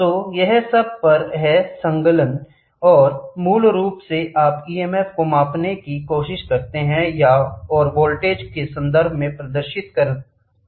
तो यह सब पर है संलग्न और मूल रूप से आप ईएमएफ को मापने की कोशिश करते हैं और यह वोल्टेज के संदर्भ में प्रदर्शित होता है